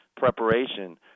preparation